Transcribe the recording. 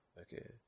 Okay